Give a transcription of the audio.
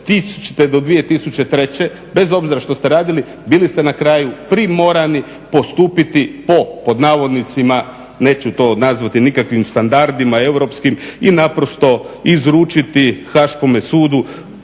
od 2000. do 2003., bez obzira što ste radili bili ste na kraju primorani postupiti po pod navodnicima neću to nazvati nikakvim standardima europskim i naprosto izručiti Haškome sudu,